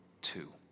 two